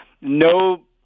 No